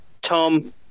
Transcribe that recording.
Tom